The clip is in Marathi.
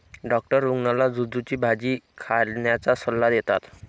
डॉक्टर रुग्णाला झुचीची भाजी खाण्याचा सल्ला देतात